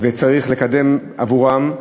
וצריך לקדם עבורם.